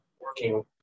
working